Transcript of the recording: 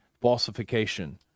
falsification